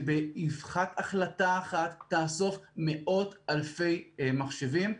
שבאבחת החלטת אחת תאסוף מאוד אלפי מחשבים.